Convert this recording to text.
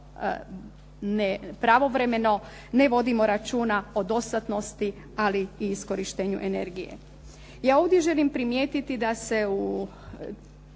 pravovremeno ne vodimo računa o dostatnosti, ali i iskorištenju energije. Ja ovdje želim primijetiti da se u